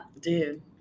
Dude